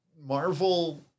Marvel